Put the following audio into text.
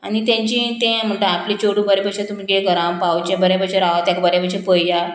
आनी तेंची तें म्हणटा आपले चेडू बरे भशेन तुमगे घरां पावचे बरे भशेन रावा तेका बरे भशेन पयात